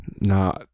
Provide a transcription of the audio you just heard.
No